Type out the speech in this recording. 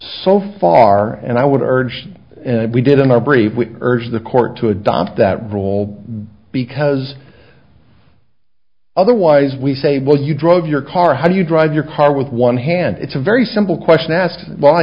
so far and i would urge we did in our brief we urge the court to adopt that role because otherwise we say well you drove your car how do you drive your car with one hand it's a very simple question asked well i